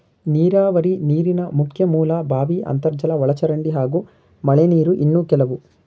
ನೀರಾವರಿ ನೀರಿನ ಮುಖ್ಯ ಮೂಲ ಬಾವಿ ಅಂತರ್ಜಲ ಒಳಚರಂಡಿ ಹಾಗೂ ಮಳೆನೀರು ಇನ್ನು ಕೆಲವು